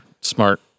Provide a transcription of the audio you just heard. smart